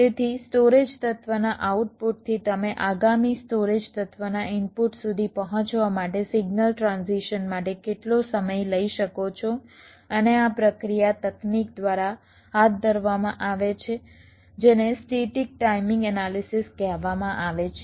તેથી સ્ટોરેજ તત્વના આઉટપુટથી તમે આગામી સ્ટોરેજ તત્વના ઇનપુટ સુધી પહોંચવા માટે સિગ્નલ ટ્રાન્ઝિશન માટે કેટલો સમય લઈ શકો છો અને આ પ્રક્રિયા તકનીક દ્વારા હાથ ધરવામાં આવે છે જેને સ્ટેટીક ટાઇમિંગ એનાલિસિસ કહેવામાં આવે છે